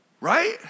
Right